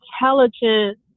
intelligent